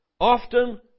often